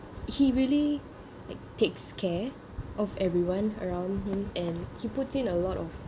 he really like takes care of everyone around him and he put in a lot of